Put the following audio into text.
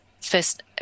first